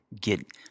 get